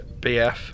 BF